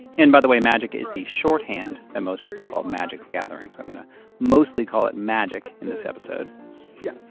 and by the way, magic is the shorthand that most people call magic the gathering. so i'm going to mostly call it magic in this episode yeah.